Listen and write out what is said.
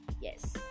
Yes